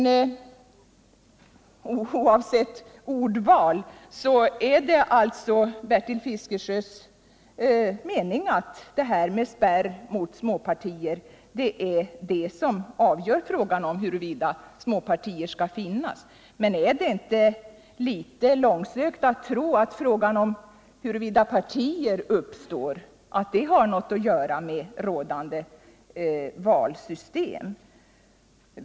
Men oavsett ordval är det tydligen Bertil Fiskesjös mening att frågan om spärr mot småpartier är avgörande för om småpartier skall finnas eller inte. Men är det inte litet långsökt att tro att frågan om huruvida partier uppstår har något att göra med rådande valsystem?